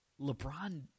LeBron